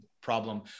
problem